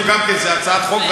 שתהיה לנו גם איזו הצעת חוק,